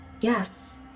Yes